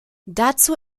dazu